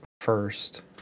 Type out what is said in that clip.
first